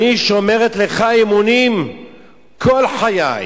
אני שומרת לך אמונים כל חיי.